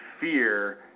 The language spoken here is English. fear